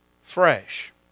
fresh